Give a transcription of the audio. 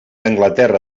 anglaterra